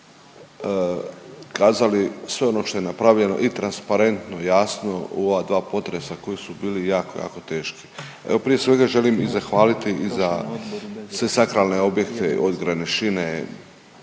ste kazali sve ono što je napravljeno i transparentno i jasno u ova dva potresa koji su bili jako, jako teški. Evo prije svega želim i zahvaliti i za sve sakralne objekte od Granešine,